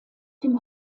dem